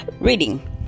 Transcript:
reading